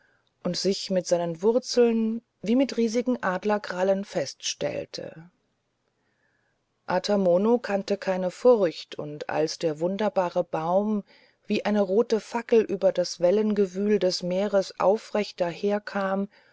und sich mit seinen wurzeln wie mit riesigen adlerkrallen feststellte ata mono kannte keine furcht und als der wunderbare baum wie eine rote fackel über das wellengewühl des meeres aufrecht daherkam